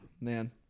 Man